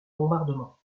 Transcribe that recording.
bombardement